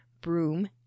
broom